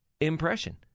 impression